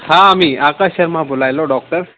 हां मी आकाश शर्मा बोलायलो डॉक्टर